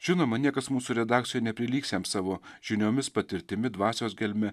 žinoma niekas mūsų redakcijoj neprilygs jam savo žiniomis patirtimi dvasios gelme